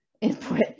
input